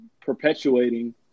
perpetuating